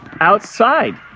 outside